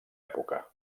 època